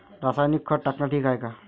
रासायनिक खत टाकनं ठीक हाये का?